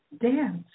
dance